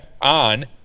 on